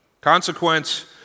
Consequence